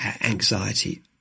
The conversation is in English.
anxiety